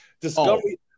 Discovery